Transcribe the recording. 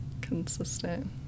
consistent